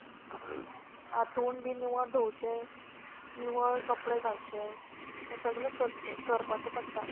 हात्रूण बी निवळ धोवचे निवळ कपडे घालचे हे सगळें करचें करपाचें पडटा